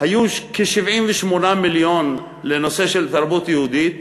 היו כ-78 מיליון לנושא של תרבות יהודית,